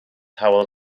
hywel